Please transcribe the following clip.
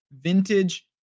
vintage